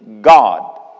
God